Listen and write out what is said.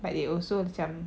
but they also macam